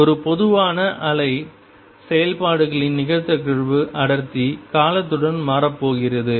ஒரு பொதுவான அலை செயல்பாடுகளின் நிகழ்தகவு அடர்த்தி காலத்துடன் மாறப்போகிறது